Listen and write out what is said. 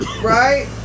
Right